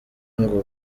ngo